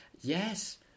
Yes